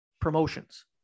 promotions